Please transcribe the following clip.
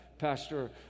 Pastor